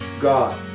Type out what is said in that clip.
God